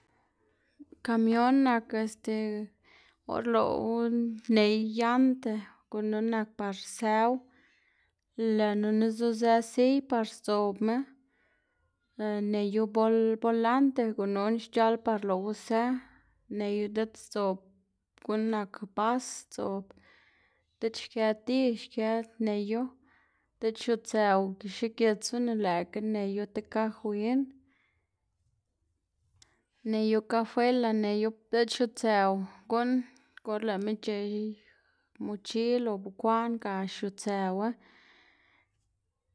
Kamion nak este or lëꞌwu ney yanta, gunu nak par sëwu, lënuna zuzë siy par sdzobma neyu bol- bolante, gununa xc̲h̲al par lëꞌwu së, neyu diꞌt sdzob guꞌn nak bas sdzob diꞌt xkë di xkë neyu, diꞌt xiutsëw xigitsuna lëꞌkga neyu tit kaj win, neyu kajuela diꞌl xiutsëw guꞌn or lëꞌma c̲h̲ey mochil o bekwaꞌn ga xiutsëwu.